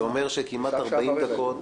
זה אומר שכמעט 40 דקות